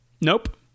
nope